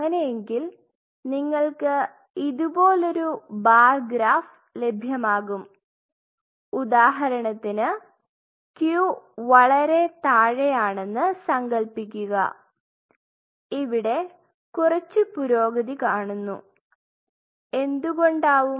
അങ്ങനെയെങ്കിൽ നിങ്ങൾക്ക് ഇതുപോലൊരു ബാർ ഗ്രാഫ് ലഭ്യമാകും ഉദാഹരണത്തിന് Q വളരെ താഴെ ആണെന്ന് സങ്കൽപ്പിക്കുക ഇവിടെ കുറച്ച് പുരോഗതി കാണുന്നു എന്തുകൊണ്ടാവും